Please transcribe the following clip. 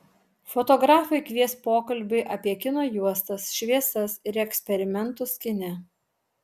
fotografai kvies pokalbiui apie kino juostas šviesas ir eksperimentus kine